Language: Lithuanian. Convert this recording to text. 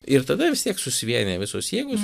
ir tada vis tiek susivienija visos jėgos